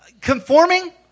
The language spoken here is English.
conforming